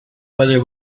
whether